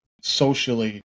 socially